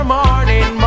morning